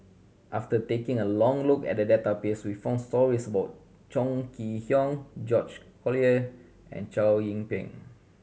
after taking a long look at the database we found stories about Chong Kee Hiong George Collyer and Chow Yian Ping